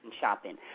Shopping